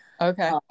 Okay